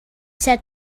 said